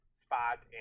spot